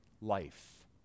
life